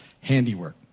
handiwork